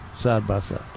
side-by-side